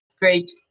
great